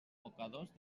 mocadors